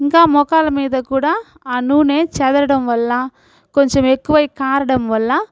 ఇంకా మొకాల మీదక్కూడా ఆ నూనె చెదరడం వల్ల కొంచెం ఎక్కువై కారడం వల్ల